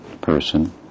person